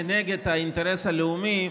כנגד האינטרס הלאומי,